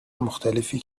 مختلفی